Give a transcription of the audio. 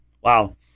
wow